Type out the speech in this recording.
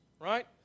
right